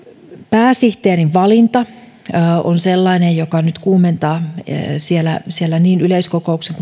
pääsihteerin valinta on sellainen joka nyt kuumentaa siellä siellä niin yleiskokouksen